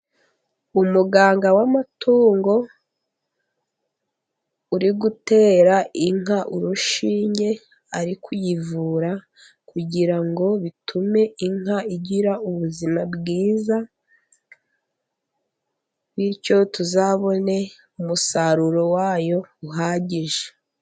Umuganga w'amatungo uri gutera inka urushinge. Ari kuyivura kugira ngo bitume inka igira ubuzima bwiza, bityo tuzabone umusaruro wayo uhagije.